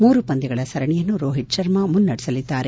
ಮೂರು ಪಂದ್ಯಗಳ ಸರಣಿಯನ್ನು ರೋಹಿತ್ ಶರ್ಮಾ ಮುನ್ನಡೆಸಲಿದ್ದಾರೆ